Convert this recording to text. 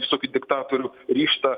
visokių diktatorių ryžtą